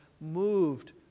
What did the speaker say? moved